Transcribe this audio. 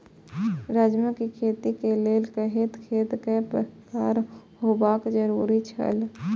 राजमा के खेती के लेल केहेन खेत केय प्रकार होबाक जरुरी छल?